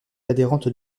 adhérente